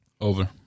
Over